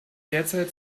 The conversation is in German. derzeit